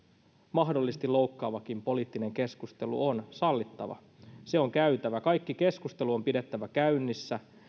mahdollisesti loukkaavakin poliittinen keskustelu on sallittava se on käytävä kaikki keskustelu on pidettävä käynnissä